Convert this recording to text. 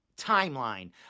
timeline